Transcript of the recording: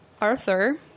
arthur